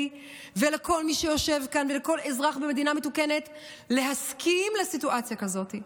ולי ולכל מי שיושב כאן ולכל אזרח במדינה מתוקנת להסכים לסיטואציה כזאת.